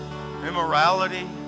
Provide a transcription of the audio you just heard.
immorality